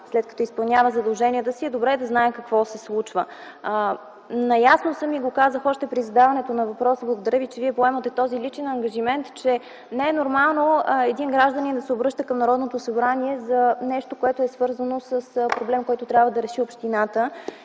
след като изпълнява задълженията си, е добре той да знае какво се случва. Наясно съм и го казах още при задаването на въпроса: благодаря Ви, че поемате този личен ангажимент, защото не е нормално един гражданин да се обръща към Народното събрание за нещо, свързано с проблем, който трябва да реши общината.